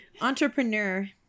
Entrepreneur